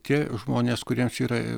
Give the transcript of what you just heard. tie žmonės kuriems yra